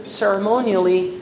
ceremonially